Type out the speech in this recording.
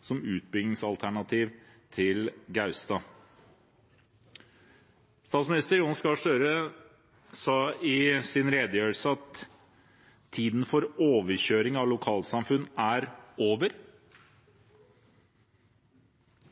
som utbyggingsalternativ til Gaustad. Statsminister Jonas Gahr Støre sa i sin redegjørelse at tiden for overkjøring av lokalsamfunn er over.